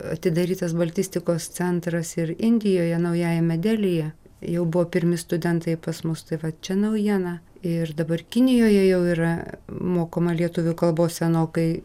atidarytas baltistikos centras ir indijoje naujajame delyje jau buvo pirmi studentai pas mus tai va čia naujiena ir dabar kinijoje jau yra mokoma lietuvių kalbos senokai